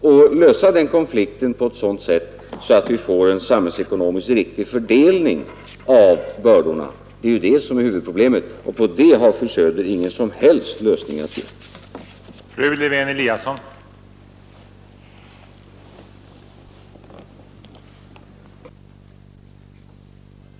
Att lösa konflikten på ett sådant sätt att vi får en samhällsekonomiskt riktig fördelning av bördorna är huvudproblemet, och på det har fru Söder ingen som helst lösning att ge.